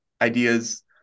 ideas